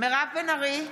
מירב בן ארי,